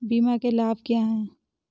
बीमा के लाभ क्या हैं?